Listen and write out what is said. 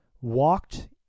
walked